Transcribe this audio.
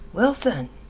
wilson!